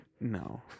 no